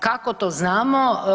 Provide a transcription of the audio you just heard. Kako to znamo?